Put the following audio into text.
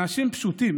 אנשים פשוטים